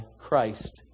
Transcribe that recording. Christ